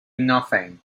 nothing